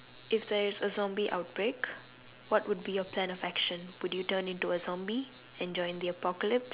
if there is a zombie outbreak what would be your plan of action would you turn into a zombie and join the apocalypse